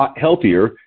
healthier